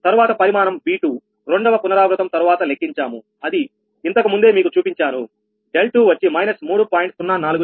తరువాత పరిమాణం V2 రెండవ పునరావృతం తరువాత లెక్కించాము అది ఇంతకు ముందే మీకు చూపించాను 𝛿2 వచ్చి −3